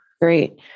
Great